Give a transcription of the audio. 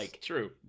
True